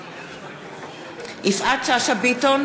בעד יפעת שאשא ביטון,